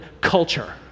culture